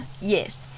Yes